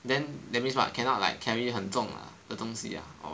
then that means what cannot like carry 很重的东西 ah or what